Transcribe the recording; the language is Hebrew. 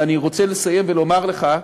ואני רוצה לסיים ולומר לך,